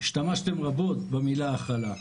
השתמשתם רבות במילה הכלה.